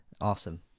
Awesome